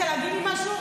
רצית להגיד משהו?